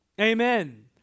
Amen